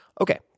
Okay